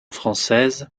française